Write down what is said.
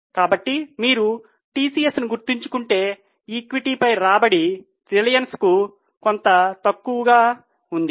కాబట్టి మీరు టిసిఎస్ను గుర్తుంచుకుంటే ఈక్విటీపై రాబడి రిలయన్స్కు కొంత తక్కువగా ఉంటుంది